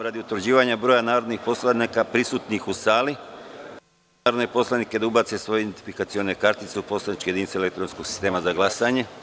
Radi utvrđivanja broja narodnih poslanika prisutnih u sali molim narodne poslanike da ubace svoje identifikacione kartice u poslaničke jedinice elektronskog sistema za glasanje.